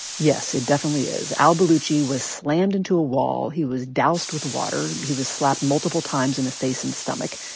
yes, it definitely is. al-baluchi was slammed into a wall. he was doused with water. he was slapped multiple times in the face and stomach.